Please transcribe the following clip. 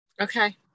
Okay